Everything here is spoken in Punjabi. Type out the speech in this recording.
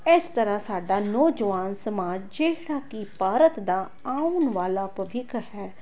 ਇਸ ਤਰ੍ਹਾਂ ਸਾਡਾ ਨੌਜਵਾਨ ਸਮਾਜ ਜਿਹੜਾ ਕਿ ਭਾਰਤ ਦਾ ਆਉਣ ਵਾਲਾ ਭਵਿੱਖ ਹੈ